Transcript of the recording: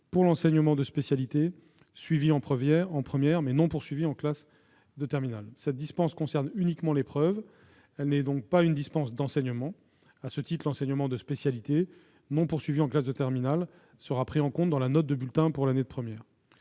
pour l'enseignement de spécialité suivi en première, mais non poursuivi en classe de terminale. Cette dispense concerne uniquement l'épreuve ; elle n'est donc pas une dispense d'enseignement. À ce titre, l'enseignement de spécialité non poursuivi en classe de terminale sera pris en compte dans la note de bulletin pour l'année de première.